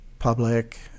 public